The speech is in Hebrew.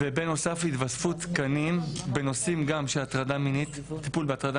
בנוסף התווספו תקנים בנושאים של טיפול בהטרדה